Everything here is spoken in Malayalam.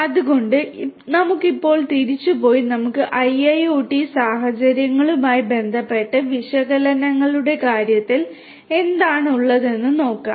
അതിനാൽ നമുക്ക് ഇപ്പോൾ തിരിച്ചുപോയി നമുക്ക് IIoT സാഹചര്യങ്ങളുമായി ബന്ധപ്പെട്ട് വിശകലനങ്ങളുടെ കാര്യത്തിൽ എന്താണുള്ളതെന്ന് നോക്കാം